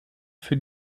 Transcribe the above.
für